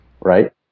right